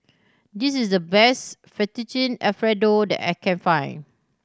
this is the best Fettuccine Alfredo that I can find